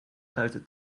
ruiten